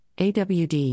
AWD